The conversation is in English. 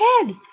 head